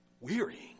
wearying